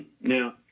Now